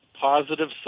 positive